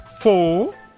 four